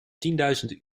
tienduizend